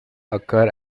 occur